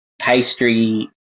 pastry